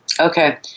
Okay